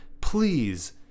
please